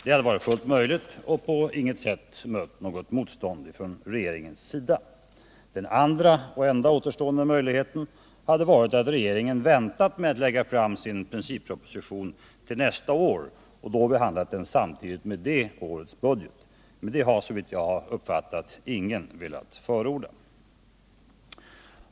Det hade varit fullt möjligt och hade på intet sätt mött något motstånd från regeringens sida. Den andra, och enda återstående, möjligheten hade varit att regeringen väntat med att lägga fram sin principproposition till nästa år och då fått den behandlad samtidigt med det årets budget. Men det har såvitt jag uppfattat ingen velat förorda.